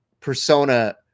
persona